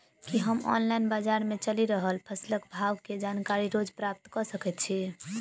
की हम ऑनलाइन, बजार मे चलि रहल फसलक भाव केँ जानकारी रोज प्राप्त कऽ सकैत छी?